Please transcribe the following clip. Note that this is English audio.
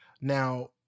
now